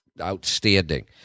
outstanding